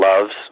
loves